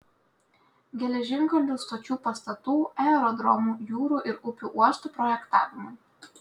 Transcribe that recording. geležinkelių stočių pastatų aerodromų jūrų ir upių uostų projektavimui